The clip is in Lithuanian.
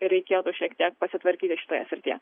reikėtų šiek tiek pasitvarkyti šitoje srityje